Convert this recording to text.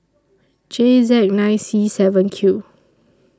J Z nine C seven Q